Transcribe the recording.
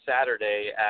Saturday